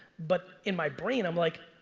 but in my brain i'm like,